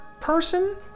person